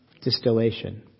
distillation